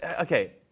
Okay